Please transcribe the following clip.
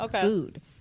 food